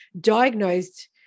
diagnosed